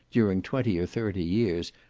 during twenty or thirty years,